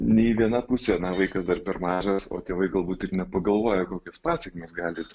nei viena pusė vaikas dar per mažas o tėvai galbūt ir nepagalvoja kokias pasekmes gali